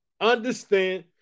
Understand